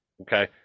okay